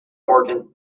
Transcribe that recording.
organ